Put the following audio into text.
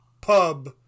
pub